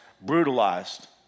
brutalized